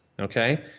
okay